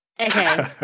Okay